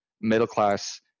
middle-class